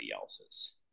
else's